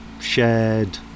shared